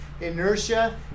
inertia